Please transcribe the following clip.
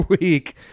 week